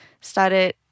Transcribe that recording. started